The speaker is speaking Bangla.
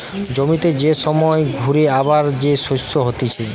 জমিতে যে সময় ঘুরে আবার যে শস্য হতিছে